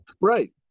Right